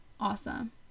awesome